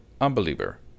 Unbeliever